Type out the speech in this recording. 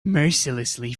mercilessly